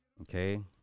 Okay